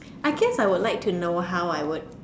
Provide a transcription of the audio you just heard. I guess I would like to know how I would